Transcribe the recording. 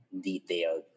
detailed